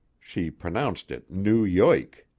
she pronounced it noo yoik.